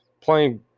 playing